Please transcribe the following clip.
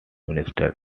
minister